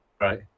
Right